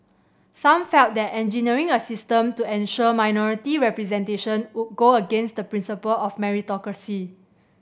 some felt that engineering a system to ensure minority representation would go against the principle of meritocracy